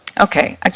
Okay